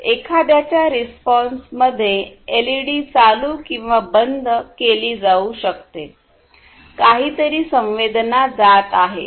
तर एखाद्याच्या रिस्पॉन्स मध्ये एलईडी चालू किंवा बंद केली जाऊ शकतेकाहीतरी संवेदना जात आहे